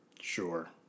Sure